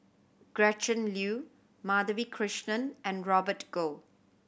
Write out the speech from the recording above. Gretchen Liu Madhavi Krishnan and Robert Goh